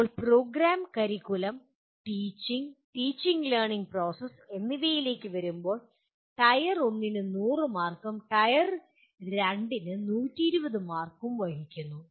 ഇപ്പോൾ program curriculum teaching teaching learning process എന്നിവയിലേക്ക് വരുമ്പോൾ ടയർ 1 100 മാർക്കും ടയർ 2 120 മാർക്കും വഹിക്കുന്നു